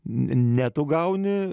ne tu gauni